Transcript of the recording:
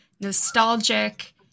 nostalgic